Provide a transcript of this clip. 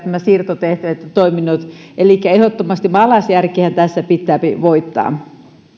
nämä siirtotehtävät ja toiminnot elikkä ehdottomasti maalaisjärjenhän tässä pitää pitää voittaa